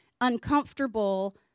uncomfortable